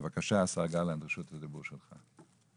בבקשה, השר גלנט, רשות הדיבור שלך.